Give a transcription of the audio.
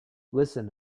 listen